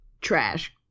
Trash